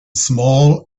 small